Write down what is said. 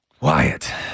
Wyatt